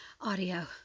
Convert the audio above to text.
audio